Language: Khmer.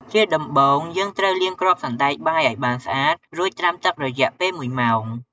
ជាដំបូង យើងត្រូវលាងគ្រាប់សណ្ដែកបាយឱ្យបានស្អាត រួចត្រាំទឹករយៈពេល ១ម៉ោង។